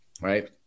right